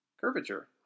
curvature